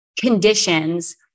conditions